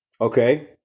Okay